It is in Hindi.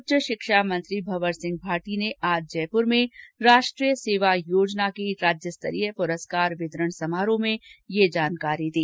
उच्चा शिक्षा मंत्री भंवर सिंह भाटी ने आज जयपुर में राष्ट्रीय सेवा योजना के राज्य स्तरीय प्रस्कार वितरण समारोह में ये जानकारी दी